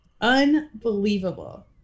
Unbelievable